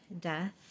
Death